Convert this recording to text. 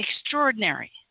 Extraordinary